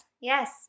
Yes